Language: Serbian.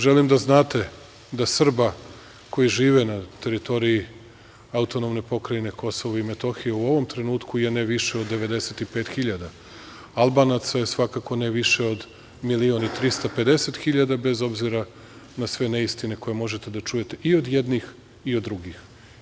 Želim da znate da Srba koji žive na teritoriji AP Kosova i Metohije u ovom trenutku je ne više od 95.000, Albanaca je svakako ne više od 1.350.000 bez obzira na sve neistine koje možete da čujete i od jednih i od drugih.